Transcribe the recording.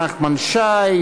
נחמן שי,